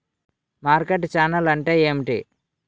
Market channel అంటే ఏమిటి?